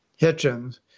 Hitchens